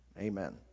amen